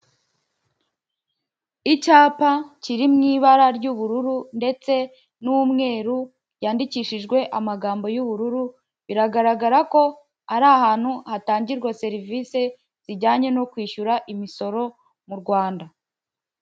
Icyapa kiri mu ibara ry'ubururu ndetse n'umweru, yandikishijwe amagambo y'ubururu, biragaragara ko ari ahantu hatangirwa serivisi zijyanye no kwishyura Imisoro mu Rwanda.